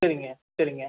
சரிங்க சரிங்க